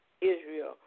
Israel